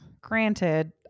granted